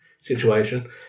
situation